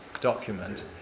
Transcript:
document